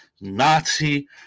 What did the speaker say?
Nazi